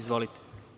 Izvolite.